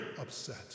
upset